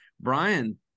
Brian